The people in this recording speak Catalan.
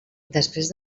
després